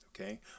Okay